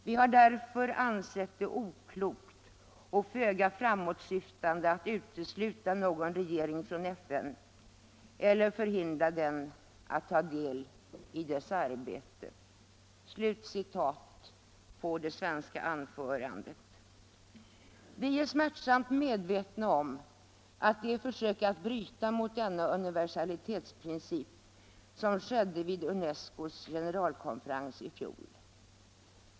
Vi har därför ansett det oklokt och föga framåtsyftande att utesluta någon regering från FN eller förhindra den att ta del i dess arbete, fastslog Olof Rydbeck. Vi är smärtsamt medvetna om det försök att bryta mot denna universalitetsprincip, som förekom vid UNESCO:s generalkonferens i fjol.